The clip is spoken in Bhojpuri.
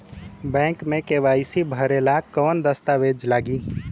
बैक मे के.वाइ.सी भरेला कवन दस्ता वेज लागी?